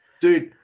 Dude